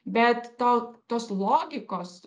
bet ta tos logikos